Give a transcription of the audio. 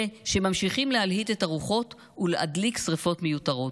אלה שממשיכים להלהיט את הרוחות ולהדליק שרפות מיותרות,